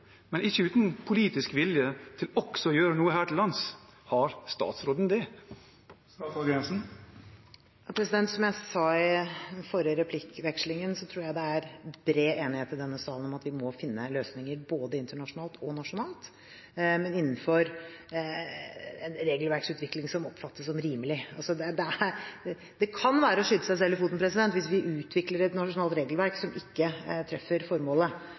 men ikke uten politisk vilje til også å gjøre noe her til lands. Har statsråden det? Som jeg sa i den forrige replikkvekslingen, tror jeg det er bred enighet i denne salen om at vi må finne løsninger, både internasjonalt og nasjonalt, men innenfor en regelverksutvikling som oppfattes som rimelig. Det kan være å skyte seg selv i foten hvis vi utvikler et nasjonalt regelverk som ikke treffer formålet.